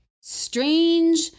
strange